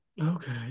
Okay